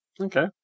Okay